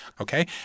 okay